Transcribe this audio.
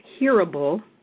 hearable